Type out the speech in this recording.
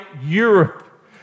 Europe